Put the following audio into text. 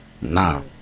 now